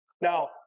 Now